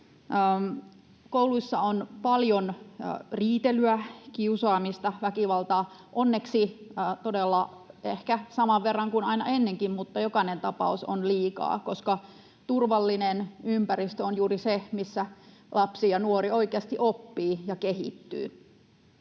Kouluissa on paljon riitelyä, kiusaamista ja väkivaltaa — onneksi todella ehkä saman verran kuin aina ennenkin, mutta jokainen tapaus on liikaa, koska turvallinen ympäristö on juuri se, missä lapsi ja nuori oikeasti oppii ja kehittyy.